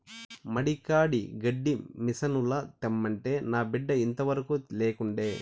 మడి కాడి గడ్డి మిసనుల తెమ్మంటే నా బిడ్డ ఇంతవరకూ లేకుండే